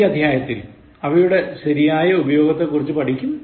ഈ അധ്യായത്തിൽ അവയുടെ ശരിയായ ഉപയോഗത്തെക്കുറിച്ചു പഠിക്കും